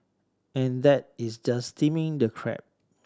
and that is just steaming the crab